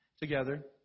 Together